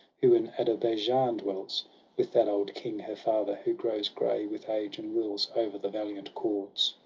who in ader-baijan dwells with that old king, her father, who grows grey with age, and rules over the valiant koords.